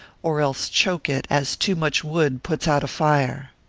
or else choke it, as too much wood puts out a fire.